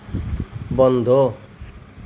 বন্ধ